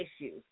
issues